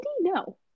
No